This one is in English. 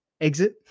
exit